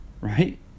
right